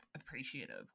appreciative